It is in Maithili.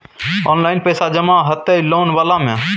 ऑनलाइन पैसा जमा हते लोन वाला में?